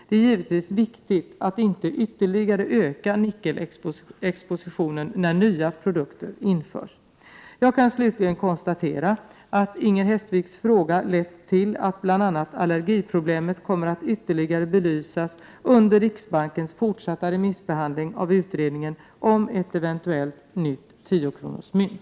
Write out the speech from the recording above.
Det är givetvis viktigt att inte ytterligare öka nickelexpositionen när nya produkter införs. Jag kan slutligen konstatera att Inger Hestviks fråga lett till att bl.a. allergiproblemet kommer att ytterligare belysas under riksbankens fortsatta remissbehandling av utredningen om ett eventuellt nytt 10-kronorsmynt.